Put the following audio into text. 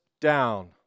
down